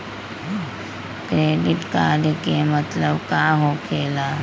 Credit card के मतलब का होकेला?